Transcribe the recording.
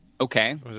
okay